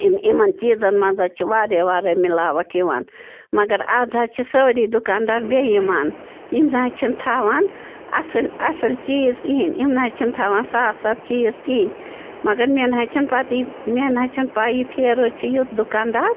یِمن چیٖزن منٛز حظ چھِ وارِیاہ وارِیاہ مِلاوَٹھ یِوان مگر آز حظ چھِ سٲری دُکان دار بے ایمان یِم نَہ چھِنہٕ تھاوان اَصل اَصل چیٖز کِہیٖنۍ یِم نَہ حظ چھِنہٕ تھاوان صاف صاف چیٖز کِہیٖنۍ مگر مےٚ نَہ حظ چھَنہٕ پتٕہیے مےٚ نَہ حظ چھَنہٕ پایی فیروز چھُ یُتھ دُکان دار